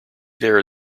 there